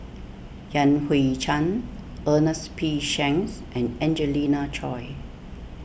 Yan Hui Chang Ernest P Shanks and Angelina Choy